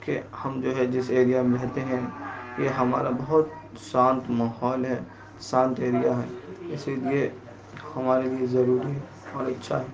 کہ ہم جو ہے جس ایریا میں رہتے ہیں یہ ہمارا بہت شانت ماحول ہے شانت ایریا ہے اسی لیے ہمارے لیے ضروری ہے اور اچھا ہے